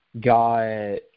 got –